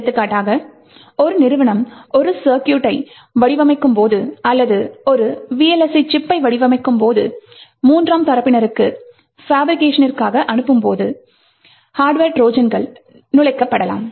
எடுத்துக்காட்டாக ஒரு நிறுவனம் ஒரு சர்க்யூட்டை வடிவமைக்கும் போது அல்லது ஒரு VLSI சிப்பை வடிவமைக்கும் போது மூன்றாம் தரப்பினருக்கு பாப்ரிகேஷனிற்காக அனுப்பும்போது ஹார்ட்வர் ட்ரோஜன்கள் நுழைக்கப்படலாம்